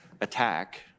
attack